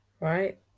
Right